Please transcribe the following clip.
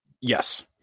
Yes